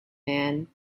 man